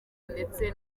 ndetse